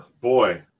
Boy